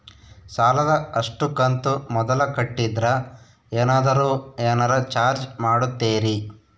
ಸಾಲದ ಅಷ್ಟು ಕಂತು ಮೊದಲ ಕಟ್ಟಿದ್ರ ಏನಾದರೂ ಏನರ ಚಾರ್ಜ್ ಮಾಡುತ್ತೇರಿ?